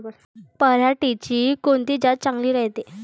पऱ्हाटीची कोनची जात चांगली रायते?